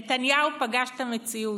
נתניהו פגש את המציאות,